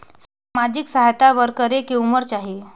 समाजिक सहायता बर करेके उमर चाही?